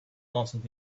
answered